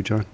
john